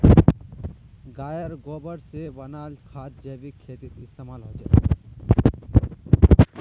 गायेर गोबर से बनाल खाद जैविक खेतीत इस्तेमाल होछे